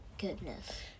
goodness